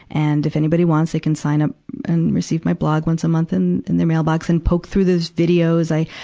and, if anybody wants, they can sign up and receive my blog once a month in, in their mailbox. and poke through those videos. i,